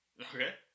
Okay